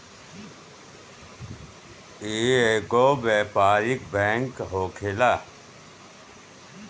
इ एगो व्यापारिक बैंक होखेला